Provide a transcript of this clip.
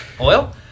Oil